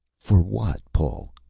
for what? paul,